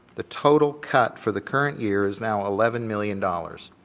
the total cut for the current year is now eleven million dollars.